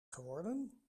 geworden